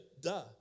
duh